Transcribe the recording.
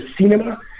cinema